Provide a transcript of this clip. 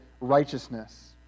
righteousness